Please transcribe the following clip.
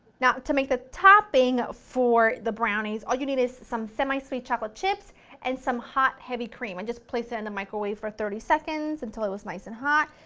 now to make the topping for the brownies, all you need is some semi sweet chocolate chips and some hot heavy cream, i and just placed it in the microwave for thirty seconds until it was nice and hot.